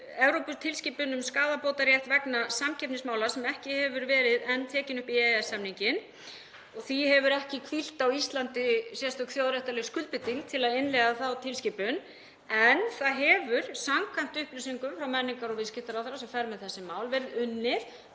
Evróputilskipun um skaðabótarétt vegna samkeppnismála sem ekki hefur enn verið tekin upp í EES-samninginn. Því hefur ekki hvílt á Íslandi sérstök þjóðréttarleg skuldbinding til að innleiða þá tilskipun. En samkvæmt upplýsingum frá menningar- og viðskiptaráðherra, sem fer með þessi mál, hefur verið unnið